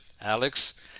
Alex